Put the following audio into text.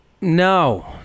No